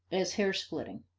as hair splitting,